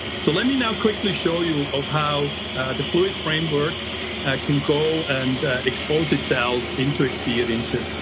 so let me now quickly show you of how the fluid framework can go and expose itself into experiences.